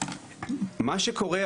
מה שקורה,